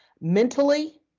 mentally